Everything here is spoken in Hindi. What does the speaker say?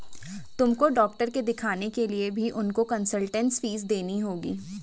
तुमको डॉक्टर के दिखाने के लिए भी उनको कंसलटेन्स फीस देनी होगी